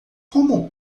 como